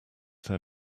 their